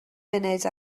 munud